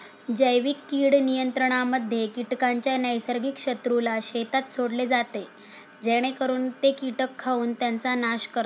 जैविक कीड नियंत्रणामध्ये कीटकांच्या नैसर्गिक शत्रूला शेतात सोडले जाते जेणेकरून ते कीटक खाऊन त्यांचा नाश करतात